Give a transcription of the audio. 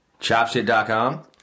ChopShit.com